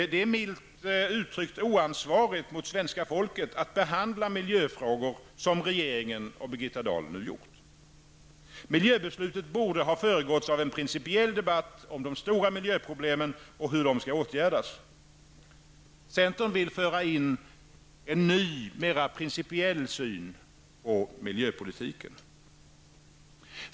Det är milt uttryckt oansvarigt mot svenska folket att behandla miljöfrågorna som regeringen och Birgitta Dahl nu gjort. Miljöbeslutet borde ha föregåtts av en principiell debatt om de stora miljöproblemen och hur de skall åtgärdas. Centern vill föra in en helt ny, mer principiell syn på miljöpolitiken.